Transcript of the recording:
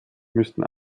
müssten